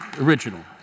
original